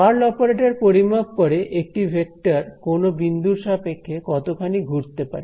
curl operator পরিমাপ করে একটি ভেক্টর কোন বিন্দুর সাপেক্ষে কতখানি ঘুরতে পারে